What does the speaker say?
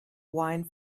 wine